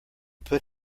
put